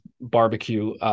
Barbecue